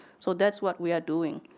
so that's what we are doing.